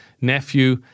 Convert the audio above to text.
nephew